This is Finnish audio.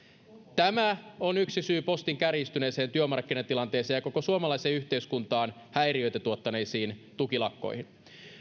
tämä on yksi syy postin kärjistyneeseen työmarkkinatilanteeseen ja koko suomalaiseen yhteiskuntaan häiriöitä tuottaneisiin tukilakkoihin